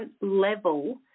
level